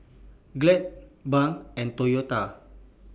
Glad Braun and Toyota